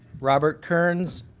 robert kearns